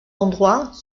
endroits